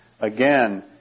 Again